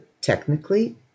Technically